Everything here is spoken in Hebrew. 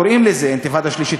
קוראים לזה אינתיפאדה שלישית,